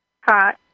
Hi